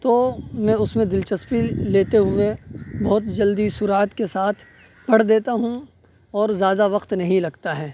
تو میں اس میں دلچسپی لیتے ہوئے بہت جلدی سرعت کے ساتھ پڑھ دیتا ہوں اور زیادہ وقت نہیں لگتا ہے